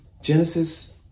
Genesis